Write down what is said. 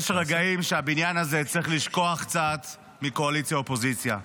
יש רגעים שבהם הבניין הזה צריך לשכוח קצת מקואליציה אופוזיציה.